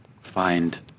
find